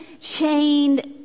chained